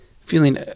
feeling